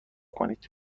کنید